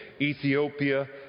Ethiopia